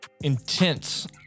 intense